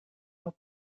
not